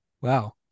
Wow